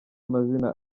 mazina